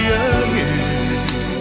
again